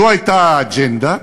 זו הייתה האג'נדה.